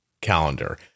calendar